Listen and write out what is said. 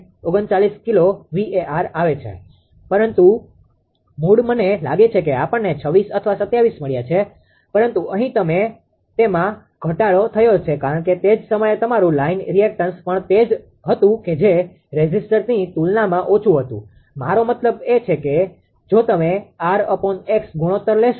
39 kilo VAr આવે છે પરંતુ મૂળ મને લાગે છે કે આપણને 26 અથવા 27 મળ્યાં છે પરંતુ અહીં તેમાં ઘટાડો થયો છે કારણ કે તે જ સમયે તમારૂ લાઇન રીએક્ટન્સ પણ તે જ હતુ કે જે રેઝિસ્ટરની તુલનામાં ઓછું હતું મારો મતલબ કે જો તમે rx ગુણોત્તર લેશો તો